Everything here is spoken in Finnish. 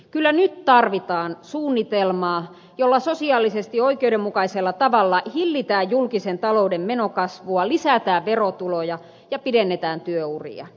kyllä nyt tarvitaan suunnitelmaa jolla sosiaalisesti oikeudenmukaisella tavalla hillitään julkisen talouden menokasvua lisätään verotuloja ja pidennetään työuria